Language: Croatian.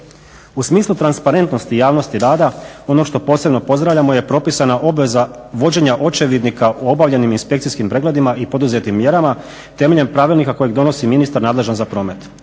U smislu transparentnosti i javnosti rada ono što posebno pozdravljamo je propisana obveza vođenja očevidnika o obavljenim inspekcijskim pregledima i poduzetim mjerama temeljem pravilnika kojeg donosi ministar nadležan za promet.